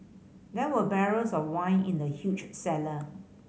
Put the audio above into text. there were barrels of wine in the huge cellar